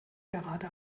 gerade